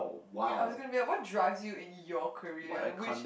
okay I was gonna be like what drives you in your career which